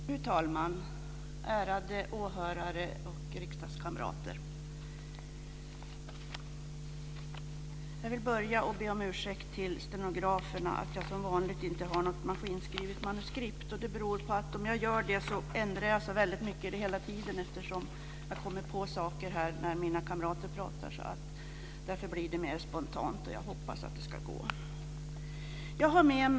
Fru talman, ärade åhörare och riksdagskamrater! Jag vill börja med att be om ursäkt till stenograferna för att jag som vanligt inte har något maskinskrivet manuskript. Jag kommer hela tiden fortlöpande på saker när jag hör meddebattörerna prata, och då blir anförandet mer spontant. Jag hoppas det ska gå bra ändå.